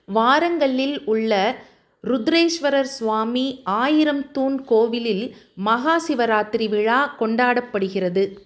வாரங்கல்லில் உள்ள ருத்ரேஸ்வரர் சுவாமி ஆயிரம் தூண் கோவிலில் மஹாசிவராத்திரி விழா கொண்டாடப்படுகிறது